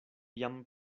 jam